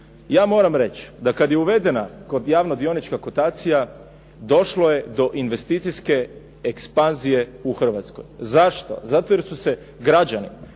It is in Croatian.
Ja moram reći kad je uvedena javno dionička kotacija došlo je do investicijske ekspanzije u Hrvatskoj. Zašto? Zato jer su se građani,